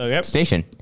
Station